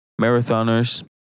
marathoners